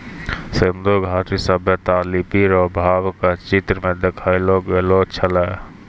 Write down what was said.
सिन्धु घाटी सभ्यता लिपी रो भाव के चित्र मे देखैलो गेलो छलै